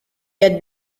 had